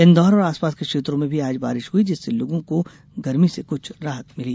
इंदौर और आसपास के क्षेत्रों में भी आज बारिश हुई जिससे लोगों को गर्मी से कुछ राहत मिली